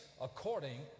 according